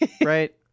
Right